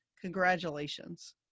congratulations